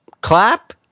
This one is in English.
Clap